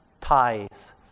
ties